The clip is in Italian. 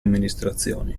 amministrazioni